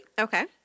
Okay